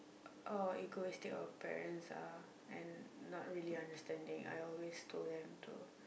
oh egoistic our parents are and not really understanding I always told them to